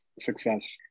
success